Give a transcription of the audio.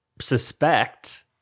suspect